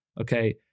Okay